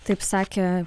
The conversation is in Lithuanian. taip sakė